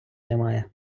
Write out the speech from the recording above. немає